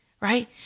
right